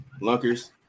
Lunkers